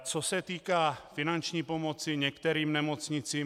Co se týká finanční pomoci některým nemocnicím.